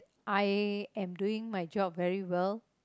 I am doing my job very well